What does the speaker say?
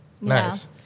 Nice